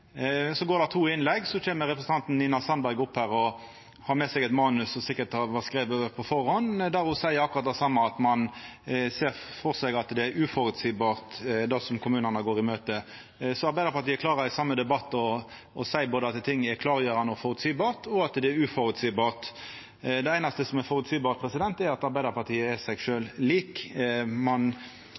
Så går det to innlegg, og representanten Nina Sandberg kjem opp her og har med seg eit manus – som ho sikkert har skrive på førehand – og seier akkurat det same, at ein ser for seg at det er uføreseieleg, det som kommunane går i møte. Arbeidarpartiet klarer i same debatt å seia at det er både klargjerande og føreseieleg, og at det er uføreseieleg. Det einaste som er føreseieleg, er at Arbeidarpartiet er seg sjølv likt, ein